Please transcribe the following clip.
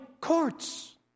courts